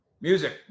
Music